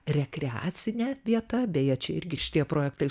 rekreacine vieta beje čia irgi šitie projektai